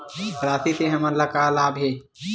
राशि से हमन ला का लाभ हे?